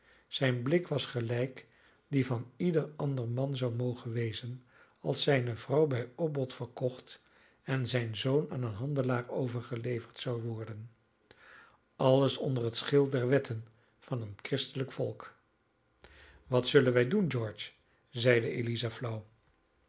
zijn blik was gelijk die van ieder ander man zou mogen wezen als zijne vrouw bij opbod verkocht en zijn zoon aan een handelaar overgeleverd zou worden alles onder het schild der wetten van een christelijk volk wat zullen wij doen george zeide eliza flauw